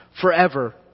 Forever